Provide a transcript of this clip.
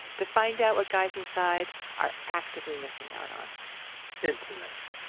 to find out what guys inside are actively misisng out on interesting